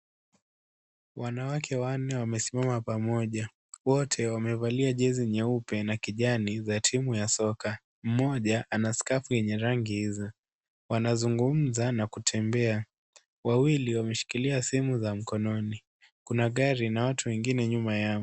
Wanawake wanne wamesimama pamoja, wote wamevalia jezi nyeupe na kijani za timu ya soka, mmoja ana skafu ya rangi hizo, wanazungumza, na kutembea, wawili wameshikilia simu za mkononi, kuna gari, na watu wengine nyuma yao.